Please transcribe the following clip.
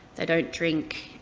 they don't drink,